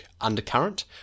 undercurrent